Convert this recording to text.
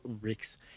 Rick's